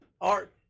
Art